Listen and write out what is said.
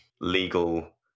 legal